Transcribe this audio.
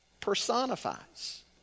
personifies